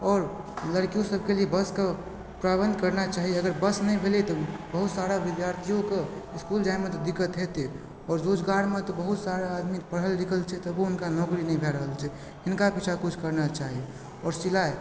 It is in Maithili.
आओर लड़कियोँ सबके लिये बसके प्रबन्ध करना चाही अगर बस नहि भेलय तऽ बहुत सारा विद्यार्थियो को इसकुल जाइमे तऽ दिक्कत हेतय आओर रोजगारमे तऽ बहुत सारा आदमी पढ़ल लिखल छै तबो हुनका नौकरी नहि भए रहल छै हिनका किछु ने किछु करना चाही आओर सिलाइ